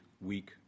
week